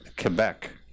Quebec